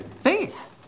faith